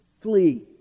Flee